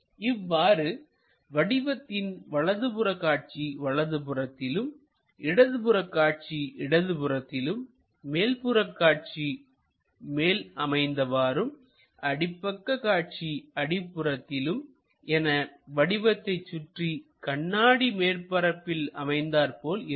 இவ்வாறு வடிவத்தின் வலது புற காட்சி வலது புறத்திலும்இடது புற காட்சி இடது புறத்திலும் மேல்புற காட்சி மேல் அமைந்தவாறும்அடிப்பக்க காட்சி அடிப்புறத்தில் என வடிவத்தை சுற்றி கண்ணாடி மேற்பரப்பில் அமைந்தது போல் இருக்கும்